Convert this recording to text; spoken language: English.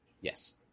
Yes